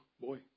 Boy